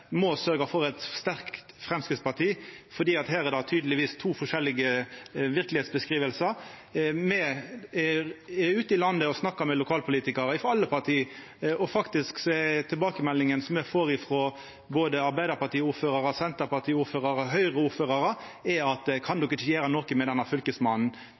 må sørgja for eit sterkt Framstegsparti, for her er det tydelegvis to forskjellige beskrivingar av verkelegheita. Me er ute i landet og snakkar med lokalpolitikarar frå alle parti, og tilbakemeldinga me får frå både Arbeidarparti-ordførarar, Senterparti-ordførarar og Høgre-ordførarar, er: Kan de ikkje gjera noko med denne Fylkesmannen?